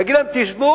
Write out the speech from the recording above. להגיד להם: תשמעו,